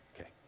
Okay